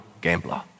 gambler